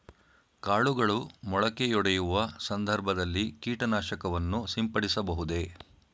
ಕಾಳುಗಳು ಮೊಳಕೆಯೊಡೆಯುವ ಸಂದರ್ಭದಲ್ಲಿ ಕೀಟನಾಶಕವನ್ನು ಸಿಂಪಡಿಸಬಹುದೇ?